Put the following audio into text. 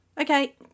Okay